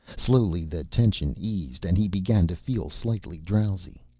slowly the tension eased, and he began to feel slightly drowsy.